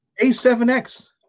A7X